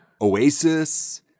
Oasis